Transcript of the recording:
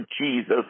jesus